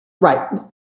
Right